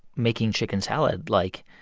making chicken salad, like,